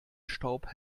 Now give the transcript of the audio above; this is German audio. staub